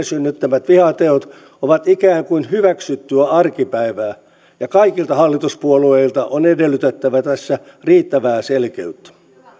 synnyttämät vihateot ovat ikään kuin hyväksyttyä arkipäivää ja kaikilta hallituspuolueilta on edellytettävä tässä riittävää selkeyttä